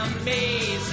Amazing